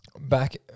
Back